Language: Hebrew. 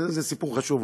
זה סיפור חשוב,